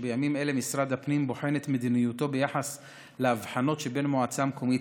שבימים אלה משרד הפנים בוחן את מדיניותו ביחס להבחנות שבין מועצה מקומית